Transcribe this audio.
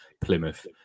Plymouth